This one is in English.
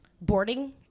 boarding